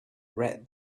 read